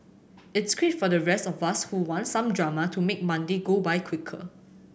it's great for the rest of us who want some drama to make Monday go by quicker